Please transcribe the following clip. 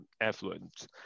affluent